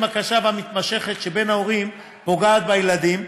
הקשה והמתמשכת שבין ההורים פוגעת בילדים.